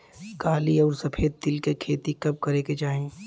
काली अउर सफेद तिल के खेती कब करे के चाही?